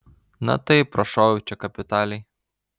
na taip prašoviau čia kapitaliai